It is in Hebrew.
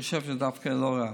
אני חושב שזה דווקא לא רע.